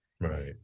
Right